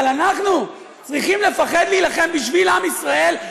אבל אנחנו צריכים לפחד להילחם בשביל עם ישראל,